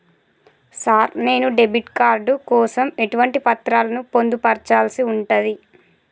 Sir నేను debit card కోసం ఎటువంటి పత్రాలను పొందుపర్చాల్సి ఉంటది?